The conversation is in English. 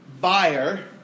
buyer